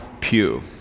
Pew